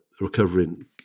recovering